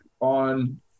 on